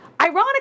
Ironically